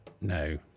No